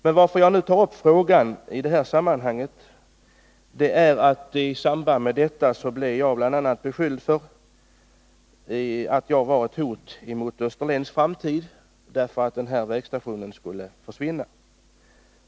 Men att jag nu tar upp saken beror på att jag i samband med detta bl.a. blev beskylld för att vara ett hot mot Österlens framtid — vägstationen kunde ju försvinna.